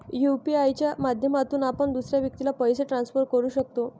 UPI च्या माध्यमातून आपण दुसऱ्या व्यक्तीला पैसे ट्रान्सफर करू शकतो